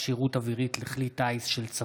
עונש מוות למחבלים),